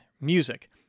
music